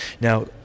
Now